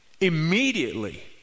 immediately